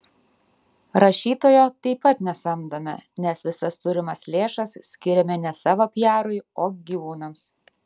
rašytojo taip pat nesamdome nes visas turimas lėšas skiriame ne savo piarui o gyvūnams